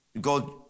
God